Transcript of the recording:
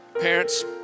Parents